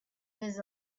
was